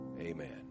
Amen